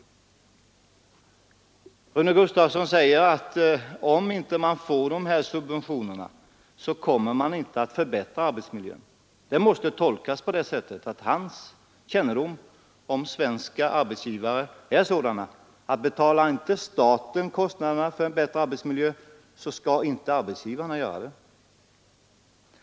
Herr Rune Gustavsson säger att om man inte får dessa subventioner så kommer man inte att förbättra arbetsmiljön. Det måste tolkas på det sättet att hans kännedom om svenska arbetsgivare är sådan att betalar inte staten kostnaderna för bättre arbetsmiljö så skall inte arbetsgivarna göra det.